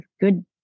good